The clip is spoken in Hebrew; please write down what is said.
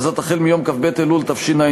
וזאת החל מיום כ"ב אלול תשע"ה,